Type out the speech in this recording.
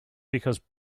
because